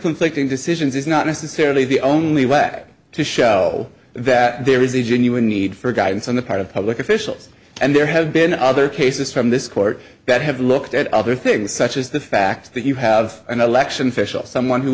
conflicting decisions is not necessarily the only way to show that there is a genuine need for guidance on the part of public officials and there have been other cases from this court that have looked at other things such as the fact that you have an election official someone who